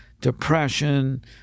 depression